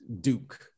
Duke